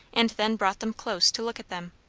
and then brought them close to look at them.